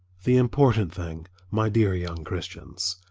the important thing, my dear young christians,